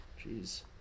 Jeez